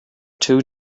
two